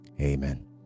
amen